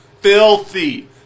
filthy